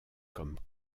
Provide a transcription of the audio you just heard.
comme